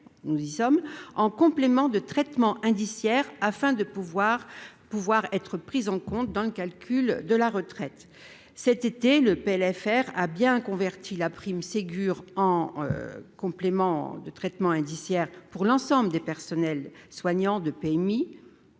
nous y sommes en complément de traitement indiciaire afin de pouvoir, pouvoir être prises en compte dans le calcul de la retraite cet été le PLFR ah bien converti la prime Ségur en complément de traitement indiciaire pour l'ensemble des personnels soignants de PMI